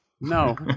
No